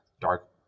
dark